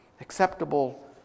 acceptable